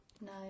No